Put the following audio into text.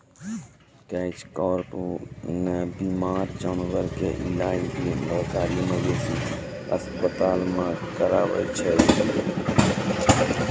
catch कार्प नॅ बीमार जानवर के इलाज भी सरकारी मवेशी अस्पताल मॅ करावै छै